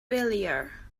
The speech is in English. failure